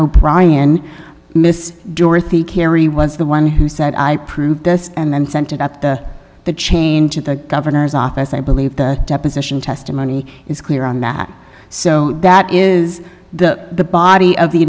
o'brien miss dorothy carey was the one who said i proved this and then sent it up to the change at the governor's office i believe the deposition testimony is clear on that so that is the body of the